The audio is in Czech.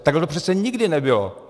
Takhle to přece nikdy nebylo.